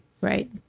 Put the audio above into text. Right